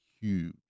huge